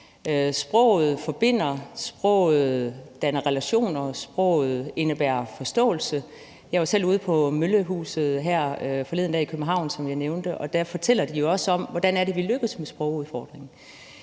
Sproget forbinder, sproget danner relationer, og sproget indebærer forståelse. Jeg var selv ude hos Møllehuset i København her forleden dag, som jeg nævnte, og der fortæller de jo også om, hvordan det er, de er lykkedes med at håndtere sprogudfordringen.